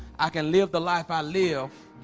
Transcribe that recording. i can live the life i live